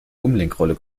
umlenkrolle